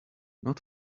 not